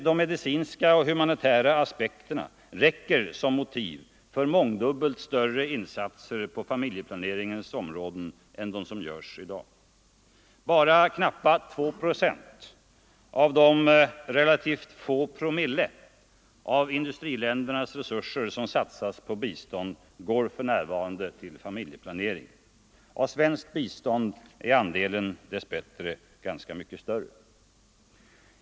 De medicinska och humanitära aspekterna räcker som motiv för mångdubbelt större insatser på familjeplaneringens område än de som görs i dag. Bara knappa en procent av de få promille av industriländernas resurser som satsas på bistånd går för närvarande till familjeplanering. Av svenskt bistånd är andelen dess bättre ganska mycket större.